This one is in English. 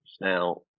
Now